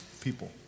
people